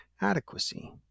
adequacy